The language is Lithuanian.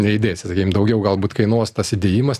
neįdėsi sakykim daugiau galbūt kainuos tas įdėjimas